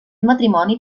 matrimoni